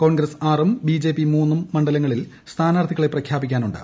കോൺഗ്രസ് ആറും ബിജെപി മൂന്നും മണ്ഡലങ്ങളിൽ സ്ഥാനാർത്ഥികളെ പ്രഖ്യാപിക്കാനുണ്ട്